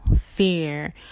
fear